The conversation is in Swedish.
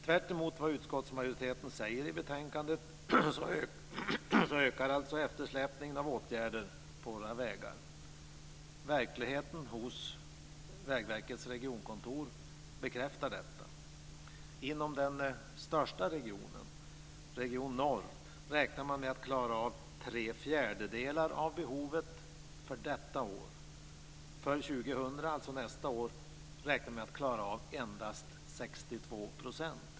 Tvärtemot vad utskottsmajoriteten säger i betänkandet ökar alltså eftersläpningen av åtgärder på våra vägar. Verkligheten hos Vägverkets regionkontor bekräftar detta. Inom den största regionen, Region Norr, räknar man med att klara av tre fjärdedelar av behovet för detta år. För 2000, dvs. nästa år, räknar man med att klara av endast 62 %.